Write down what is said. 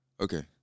Okay